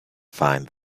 find